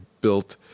built